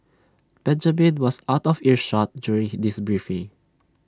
Benjamin was out of earshot during this briefing